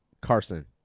carson